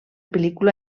pel·lícula